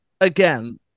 again